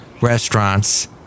Restaurants